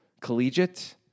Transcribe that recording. collegiate